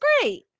great